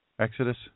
Exodus